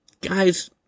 Guys